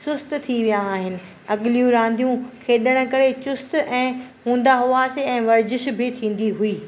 सुस्तु थी विया आहिनि अॻलियूं रांदियूं खेॾण जे करे चुस्तु ऐं हूंदा हुआसीं ऐं वर्जिश बि थींदी हुई